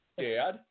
Dad